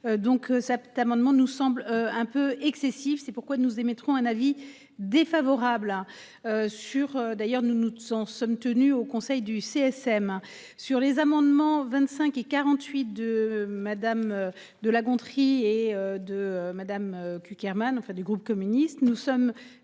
donc cet amendement, nous semble un peu excessif. C'est pourquoi nous émettrons un avis défavorable. Sur d'ailleurs nous nous tu sont sommes tenus au conseil du CSM sur les amendements, 25 et 48 de madame de La Gontrie et de Madame Cukierman enfin du groupe communiste. Nous sommes